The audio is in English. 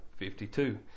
52